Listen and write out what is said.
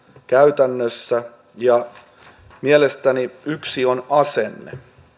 käytännössä mielestäni yksi on asenne